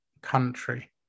country